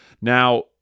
Now